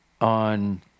on